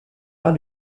par